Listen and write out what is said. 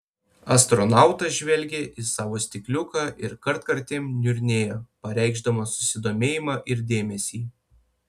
astronautas žvelgė į savo stikliuką ir kartkartėm niurnėjo pareikšdamas susidomėjimą ir dėmesį